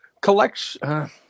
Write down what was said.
collection